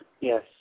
Yes